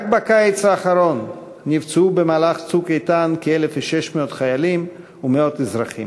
רק בקיץ האחרון נפצעו במהלך "צוק איתן" כ-1,600 חיילים ומאות אזרחים.